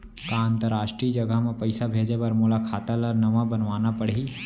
का अंतरराष्ट्रीय जगह म पइसा भेजे बर मोला खाता ल नवा बनवाना पड़ही?